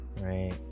right